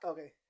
Okay